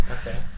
Okay